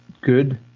good